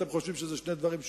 אתם חושבים שאלה שני דברים שונים?